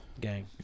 Gang